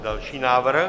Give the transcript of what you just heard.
Další návrh.